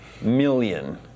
million